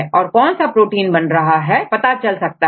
और कौन सा प्रोटीन बन रहा है पता चल सकता है